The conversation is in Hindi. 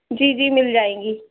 जी जी मिल जाएँगी